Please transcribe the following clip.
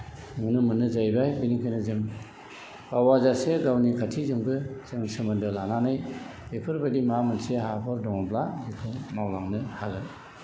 नुनो मोनो जाहैबाय बेनिखायनो जों बावाजासे गावनि खाथिजोंबो जों सोमोन्दो लानानै बेफोर बायदि माबा मोनसे हाबाफोर दङब्ला बेखौ मावलांनो हागोन